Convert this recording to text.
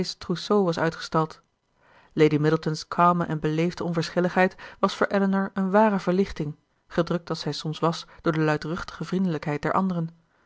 trousseau was uitgestald lady middleton's kalme en beleefde onverschilligheid was voor elinor een ware verlichting gedrukt als zij soms was door de luidruchtige vriendelijkheid der anderen